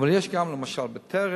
אבל יש גם למשל "בטרם",